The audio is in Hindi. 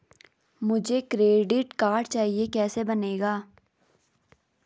मुझे क्रेडिट कार्ड चाहिए कैसे बनेगा?